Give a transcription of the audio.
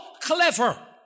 clever